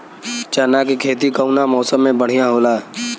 चना के खेती कउना मौसम मे बढ़ियां होला?